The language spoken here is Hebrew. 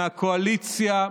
מהקואליציה,